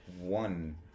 one